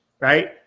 right